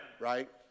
Right